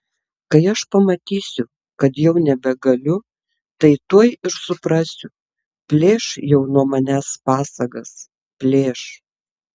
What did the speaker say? kai aš pamatysiu kad jau nebegaliu tai tuoj ir suprasiu plėš jau nuo manęs pasagas plėš